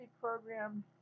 program